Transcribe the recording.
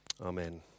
Amen